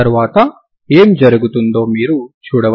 ఆ తర్వాత ఏమి జరుగుతుందో మీరు చూడవచ్చు